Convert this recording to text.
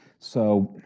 so,